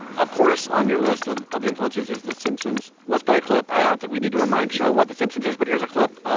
of course, on your list of of influences is the simpsons. let's play a clip. i don't think we need to remind sure what the simpsons is, but here's a clip. ah